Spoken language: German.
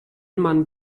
man